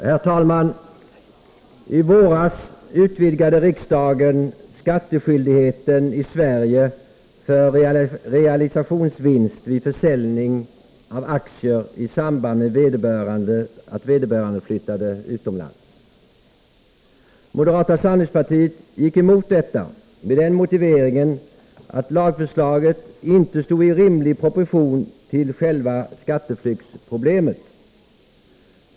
Herr talman! I våras utvidgade riksdagen skattskyldigheten i Sverige för realisationsvinst vid försäljning av aktier i samband med att vederbörande flyttade utomlands. Moderata samlingspartiet gick emot detta med den motiveringen att lagförslaget inte stod i rimlig proportion till själva skatteflyktsproblemet.